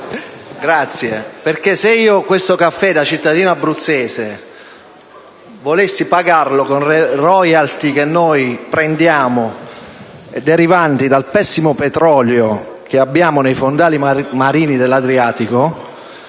Presidente. Se io questo caffè da cittadino abruzzese volessi pagarlo con le *royalty* che prendiamo, derivanti dal pessimo petrolio che abbiamo nei fondali marini dell'Adriatico,